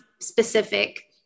specific